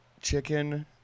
Chicken